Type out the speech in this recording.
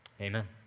Amen